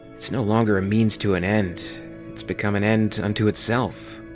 it's no longer a means to an end it's become an end unto itself.